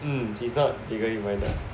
mm he's not legally binded